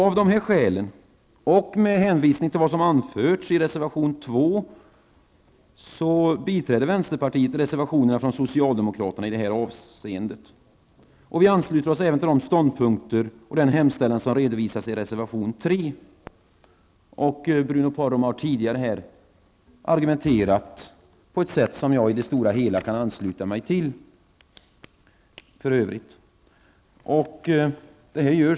Av dessa skäl och med hänvisning till vad som har anförts i reservation 2 biträder vänsterpartiet reservationerna från socialdemokraterna i detta avseende. Vi ansluter oss även till de ståndpunkter som redovisas och den hemställan som föreslås i reservation 3. För övrigt har Bruno Poromaa tidigare argumenterat på ett sätt som jag i det stora hela kan ansluta mig till.